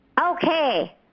Okay